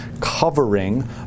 covering